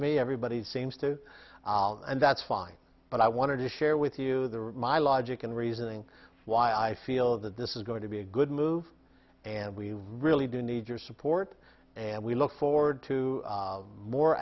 me everybody seems to and that's fine but i wanted to share with you my logic and reasoning why i feel that this is going to be a good move and we really do need your support and we look forward to more